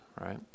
right